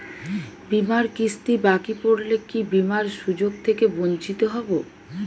বিমার কিস্তি বাকি পড়লে কি বিমার সুযোগ থেকে বঞ্চিত হবো?